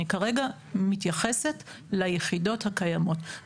אני כרגע מתייחסת ליחידות הקיימות.